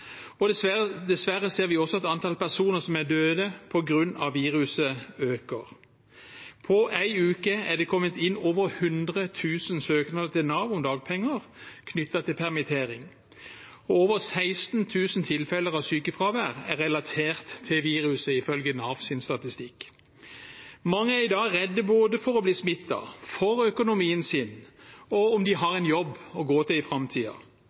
og dessverre ser vi også at antall personer som er døde på grunn av viruset, øker. På en uke er det kommet inn over 100 000 søknader til Nav om dagpenger på grunn av permittering. Over 16 000 tilfeller av sykefravær er relatert til viruset, ifølge Navs statistikk. Mange er i dag redde både for å bli smittet, for økonomien sin og for om de har en jobb å gå til i